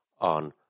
on